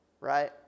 right